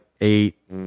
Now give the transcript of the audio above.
eight